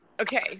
Okay